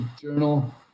journal